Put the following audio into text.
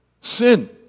Sin